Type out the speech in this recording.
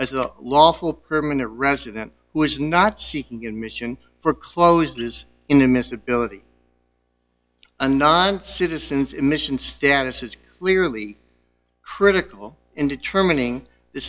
as a lawful permanent resident who is not seeking admission for closes in the midst ability a non citizens emission status is clearly critical in determining the